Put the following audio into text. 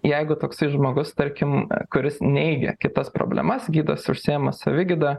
jeigu toksai žmogus tarkim kuris neigia kitas problemas gydosi užsiema savigyda